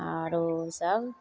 आओर सब